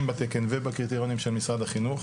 בתקן ובקריטריונים של משרד החינוך,